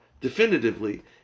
definitively